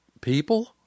People